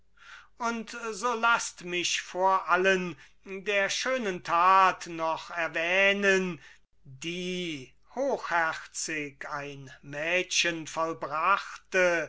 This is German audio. und so laßt mich vor allen der schönen tat noch erwähnen die hochherzig ein mädchen vollbrachte